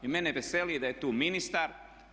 I mene veseli da je tu ministar.